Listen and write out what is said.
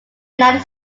united